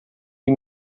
die